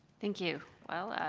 thank you. well,